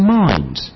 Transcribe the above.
mind